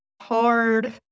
hard